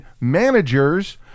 managers